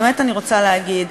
באמת אני רוצה להגיד,